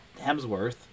Hemsworth